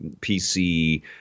PC